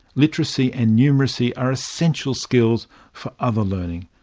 literacy and numeracy are essential skills for other learning.